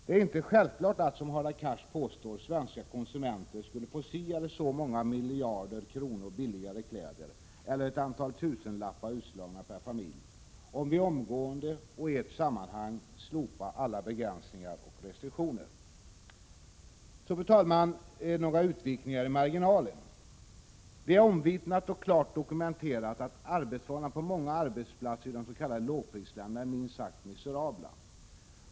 Det är inte självklart att, som Hadar Cars påstår, svenska konsumenter skulle få kläder som är si eller så många miljarder billigare eller ett antal tusenlappar utslaget per familj, om vi omgående och i ett sammanhang slopade alla begränsningar och restriktioner. Så, fru talman, några utvikningar i marginalen. Det är omvittnat och klart dokumenterat att arbetsförhållandena på många arbetsplatser i de s.k. lågprisländerna är minst sagt miserabla.